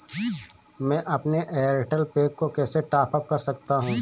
मैं अपने एयरटेल पैक को कैसे टॉप अप कर सकता हूँ?